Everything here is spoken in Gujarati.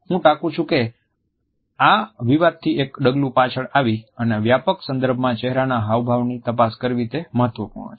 અને હું ટાંકું છું કે આ વિવાદથી એક ડગલું પાછળ આવી અને વ્યાપક સંદર્ભમાં ચહેરાના હાવભાવની તપાસ કરવી તે મહત્વપૂર્ણ છે